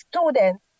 students